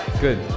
Good